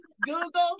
Google